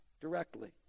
directly